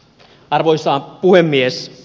arvoisa puhemies